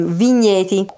vigneti